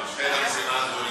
המשימה הזאת,